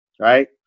right